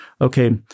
okay